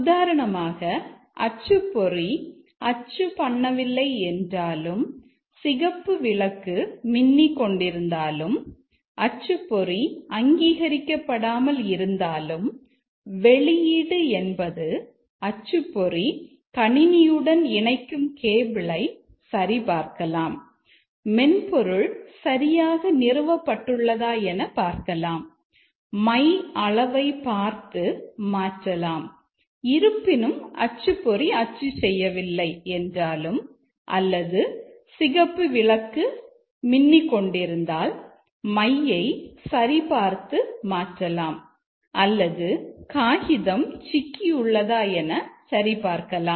உதாரணமாக அச்சுப்பொறி அச்சு பண்ணவில்லை என்றாலும் சிகப்பு விளக்கு மின்னி கொண்டிருந்தாலும் அச்சுப்பொறி அங்கீகரிக்கப்படாமல் இருந்தாலும் வெளியீடு என்பது அச்சுப்பொறி கணினியுடன் இணைக்கும் கேபிளை சரி பார்க்கலாம் மென்பொருள் சரியாக நிறுவப்பட்டுள்ளதா என பார்க்கலாம் மை அளவைப் பார்த்து மாற்றலாம் இருப்பினும் அச்சுப்பொறி அச்சு செய்யவில்லை என்றாலும் அல்லது சிகப்பு விளக்கு சிகப்பு மின்னிக் கொண்டிருந்தால் மையை சரிபார்த்து மாற்றலாம் அல்லது காகிதம் சிக்கி உள்ளதா என சரி பார்க்கலாம்